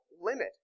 limit